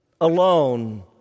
alone